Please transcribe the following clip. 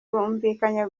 bumvikanye